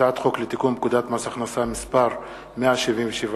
הצעת חוק לתיקון פקודת מס הכנסה (מס' 177),